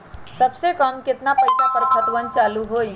सबसे कम केतना पईसा पर खतवन चालु होई?